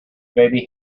baby